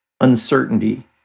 uncertainty